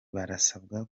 barasabwa